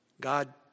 God